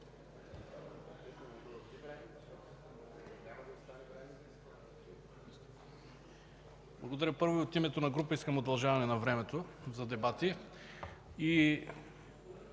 Благодаря. Първо, от името на група, искам удължаване на времето за дебати. Искам